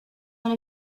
one